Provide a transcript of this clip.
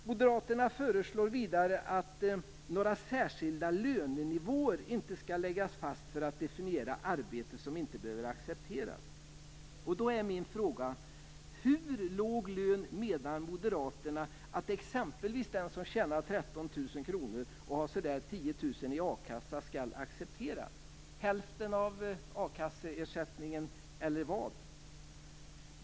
Moderaterna föreslår vidare att några särskilda lönenivåer inte skall läggas fast för att definiera arbete som inte behöver accepteras. Då är min fråga: Hur låg lön menar moderaterna att exempelvis den som tjänar 13 000 kr och får ca 10 000 kr i a-kassa skall acceptera? Hälften av a-kasseersättningen, eller vad?